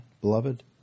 beloved